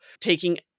taking